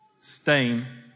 Stain